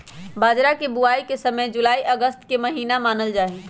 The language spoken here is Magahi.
बाजरा के बुवाई के समय जुलाई अगस्त के महीना मानल जाहई